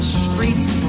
streets